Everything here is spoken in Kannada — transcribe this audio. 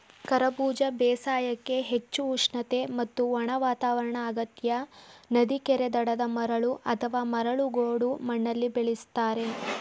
ಕರಬೂಜ ಬೇಸಾಯಕ್ಕೆ ಹೆಚ್ಚು ಉಷ್ಣತೆ ಮತ್ತು ಒಣ ವಾತಾವರಣ ಅಗತ್ಯ ನದಿ ಕೆರೆ ದಡದ ಮರಳು ಅಥವಾ ಮರಳು ಗೋಡು ಮಣ್ಣಲ್ಲಿ ಬೆಳೆಸ್ತಾರೆ